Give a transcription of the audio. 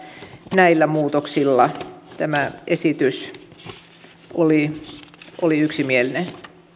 näillä muutoksilla tämä esitys oli yksimielinen